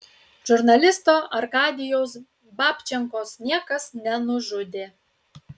žurnalisto arkadijaus babčenkos niekas nenužudė